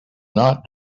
not